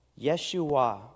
Yeshua